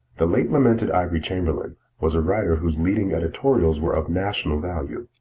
the late lamented ivory chamberlain was a writer whose leading editorials were of national value.